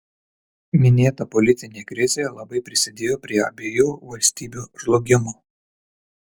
minėta politinė krizė labai prisidėjo prie abiejų valstybių žlugimo